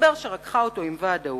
מסתבר שרקחה אותו עם ועד העובדים,